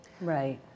Right